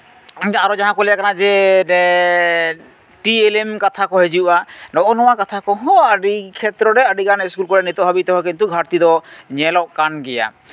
ᱟᱨᱚ ᱡᱟᱦᱟᱸ ᱠᱚ ᱞᱟᱹᱭᱟᱜ ᱠᱟᱱᱟ ᱡᱮ ᱴᱤ ᱮᱞ ᱮᱢ ᱠᱟᱛᱷᱟ ᱠᱚ ᱦᱤᱡᱩᱜᱼᱟ ᱱᱚᱜᱼᱚᱭ ᱱᱚᱣᱟ ᱠᱟᱛᱷᱟ ᱠᱚᱦᱚᱸ ᱟᱹᱰᱤ ᱠᱷᱮᱛᱨᱚ ᱨᱮ ᱟᱹᱰᱤᱜᱟᱱ ᱤᱥᱠᱩᱞ ᱠᱚᱨᱮᱜ ᱱᱤᱛᱚᱜ ᱦᱟᱹᱵᱤᱡ ᱛᱮᱦᱚᱸ ᱠᱤᱱᱛᱩ ᱜᱷᱟᱴᱛᱤ ᱫᱚ ᱧᱮᱞᱚᱜ ᱠᱟᱱ ᱜᱮᱭᱟ